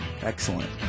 Excellent